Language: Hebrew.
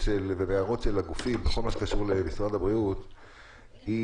ובהערות של הגופים בכל מה שקשור למשרד הבריאות היא: